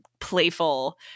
playful